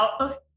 out